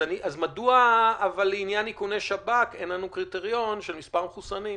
אז מדוע לעניין איכוני שב"כ אין לנו קריטריון של מספר המחוסנים?